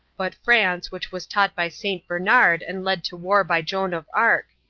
but france, which was taught by st. bernard and led to war by joan of arc.